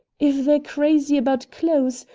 if they're crazy about clothes,